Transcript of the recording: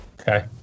Okay